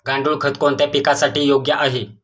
गांडूळ खत कोणत्या पिकासाठी योग्य आहे?